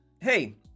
Hey